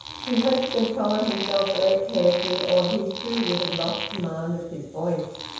he had to control himself very carefully, or he too would have lost command of his voice.